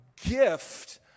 gift